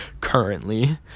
currently